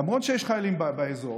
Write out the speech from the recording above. למרות שיש חיילים באזור,